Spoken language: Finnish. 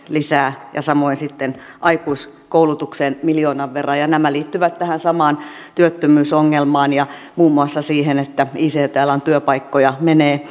lisää ja samoin sitten aikuiskoulutukseen miljoonan verran ja nämä liittyvät tähän samaan työttömyysongelmaan ja muun muassa siihen että ict alan työpaikkoja menee